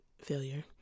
failure